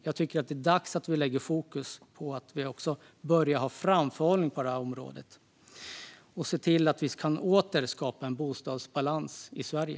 Jag tycker att det är dags att vi lägger fokus på att börja ha framförhållning inom detta område och se till att vi åter kan skapa en bostadsbalans i Sverige.